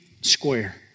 square